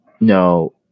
No